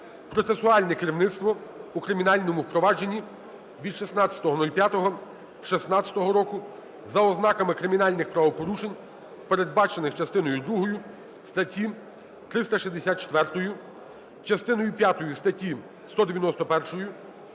процесуальне керівництво у кримінальному провадженні від 16.05.2016 року за ознаками кримінальних правопорушень, передбачених частиною другою статті 364, частиною п'ятою статті 191,